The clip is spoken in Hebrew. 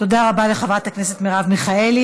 תודה רבה לחברת הכנסת מרב מיכאלי.